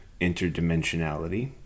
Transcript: interdimensionality